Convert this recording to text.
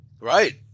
Right